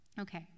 Okay